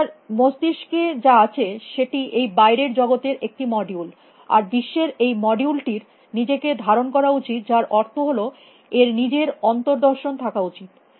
আর তার মস্তিস্কে যা আছে সেটি এই বাইরের জগতের একটি মডিউল আর বিশ্বের এই মডিউল টির নিজেকে ধারণ করা উচিত যার অর্থ হল এর নিজের অন্তর্দর্শন থাকা উচিত